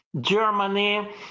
Germany